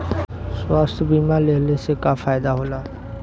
स्वास्थ्य बीमा लेहले से का फायदा होला?